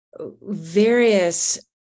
various